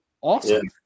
awesome